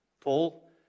Paul